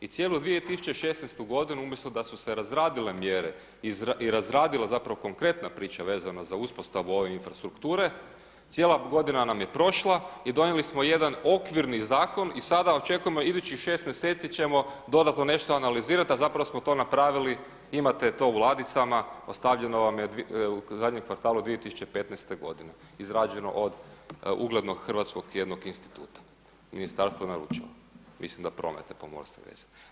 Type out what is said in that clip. I cijelu 2016. godinu umjesto da su se razradile mjere i razradila zapravo konkretna priča vezano za uspostavu ove infrastrukture cijela godina nam je prošla i donijeli smo jedan okvirni zakon i sada očekujemo idućih 6 mjeseci ćemo dodatno nešto analizirati a zapravo smo to napravili, imate to u ladicama ostavljeno vam je u zadnjem kvartalu 2015. godine izrađeno od uglednog hrvatskog jednog instituta, ministarstvo je naručilo, mislim da prometa, pomorstva i veza.